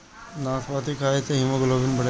नाशपाती खाए से हिमोग्लोबिन बढ़ेला